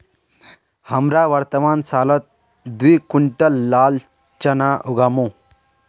हमरा वर्तमान सालत दी क्विंटल लाल चना उगामु